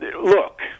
look